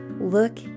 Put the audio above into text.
look